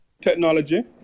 technology